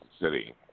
City